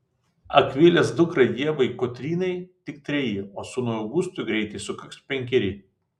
akvilės dukrai ievai kotrynai tik treji o sūnui augustui greitai sukaks penkeri